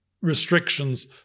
restrictions